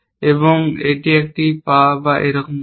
এবং এটি একটি পা বা এরকম কিছু